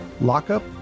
Lockup